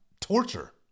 torture